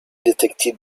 detected